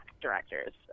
directors